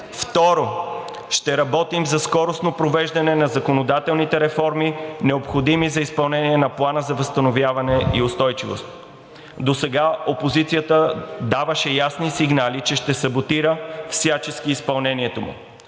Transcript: Второ, ще работим за скоростно провеждане на законодателните реформи, необходими за изпълнение на Плана за възстановяване и устойчивост. Досега опозицията даваше ясни сигнали, че ще саботира всячески изпълнението му.